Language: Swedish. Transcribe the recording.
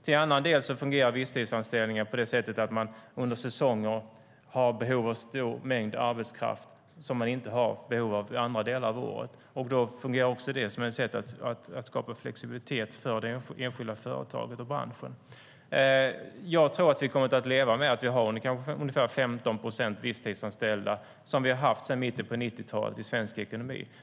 En annan del av visstidsanställningarna handlar om att man under säsonger har behov av en stor mängd arbetskraft som man inte har behov av under andra delar av året. Då fungerar också det som ett sätt att skapa flexibilitet för det enskilda företaget och branschen. Jag tror att vi kommer att få leva med ungefär 15 procent visstidsanställda, vilket vi har haft sedan mitten av 1990-talet i svensk ekonomi.